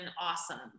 awesome